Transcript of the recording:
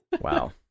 Wow